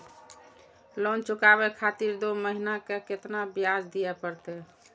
Loan चुकाबे खातिर दो महीना के केतना ब्याज दिये परतें?